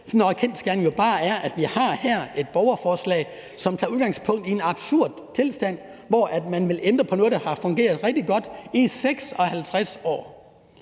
kendsgerningen jo bare er, at vi her har et borgerforslag, som tager udgangspunkt i en absurd tilstand, hvor man vil ændre på noget, der har fungeret rigtig godt i 56 år.